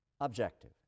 objective